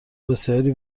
بسیاری